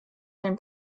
den